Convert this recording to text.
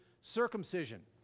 circumcision